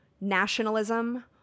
nationalism